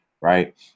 right